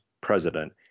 president